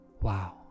Wow